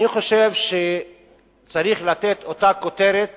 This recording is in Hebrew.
אני חושב שצריך לתת אותה כותרת